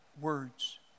words